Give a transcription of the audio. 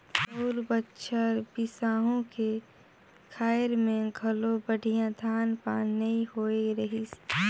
पउर बछर बिसाहू के खायर में घलो बड़िहा धान पान नइ होए रहीस